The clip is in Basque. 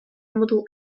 modu